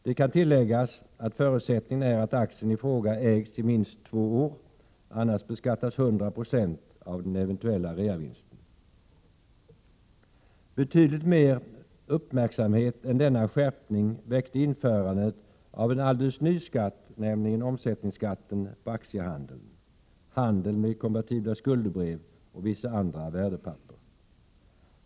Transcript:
Det kan tilläggas att förutsättningen är att aktien i fråga ägts i minst två år, annars beskattas 100 90 av den eventuella reavinsten. Betydligt mer uppmärksamhet än denna skärpning väckte införandet av en alldeles ny skatt, nämligen omsättningsskatten på aktiehandeln, handeln med konvertibla skuldebrev och vissa andra värdepapper.